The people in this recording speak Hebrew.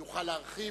הוא יוכל להרחיב.